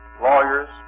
lawyers